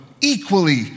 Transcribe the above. equally